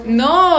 no